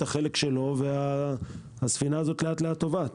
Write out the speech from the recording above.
החלק שלו והספינה הזו לאט לאט טובעת.